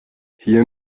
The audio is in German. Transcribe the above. hier